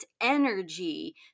energy